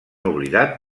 oblidat